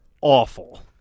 Awful